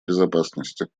безопасности